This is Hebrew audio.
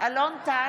אלון טל,